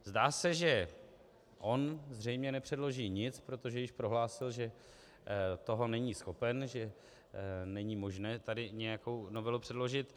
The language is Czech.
Zdá se, že on zřejmě nepředloží nic, protože již prohlásil, že toho není schopen, že není možné tady nějakou novelu předložit.